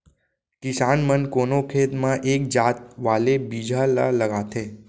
किसान मन कोनो खेत म एक जात वाले बिजहा ल लगाथें